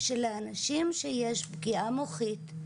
שלאנשים שיש פגיעה מוחית,